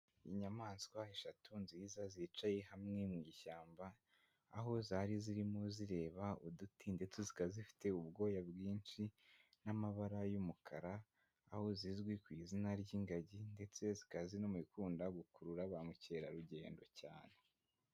Inyamaswa eshatu nziza zicaye hamwe mu ishyamba, aho zari zirimo zireba uduti ndetse zikaba zifite ubwoya bwinshi n'amabara y'umukara, aho zizwi ku izina ry'ingagi, ndetse zikaba ziri no mu bikunda gukurura ba mukerarugendo cyane.